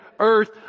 earth